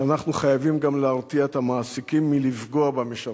שאנחנו חייבים גם להרתיע את המעסיקים מלפגוע במשרתים.